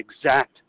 exact